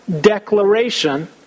declaration